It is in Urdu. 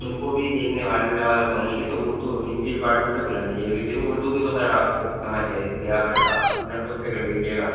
ان کو بھی دیکھنے باگنے والا کوول نہیں ہے تو اردو ہندی ڈپارٹمنٹ سے بلا لیجیے کسی کو اردو کی تو خیر آپ کو سمجھ ہے اس لیے آپ آپ اپنے خود سے کر لیجیے گا